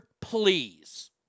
please